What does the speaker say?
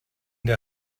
der